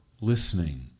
listening